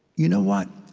you know what?